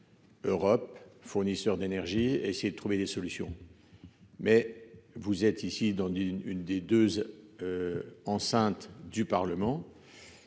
Europe, fournisseurs d'énergie, nécessité de trouver des solutions ... Néanmoins, vous êtes ici dans l'une des deux enceintes du Parlement,